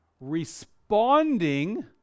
Responding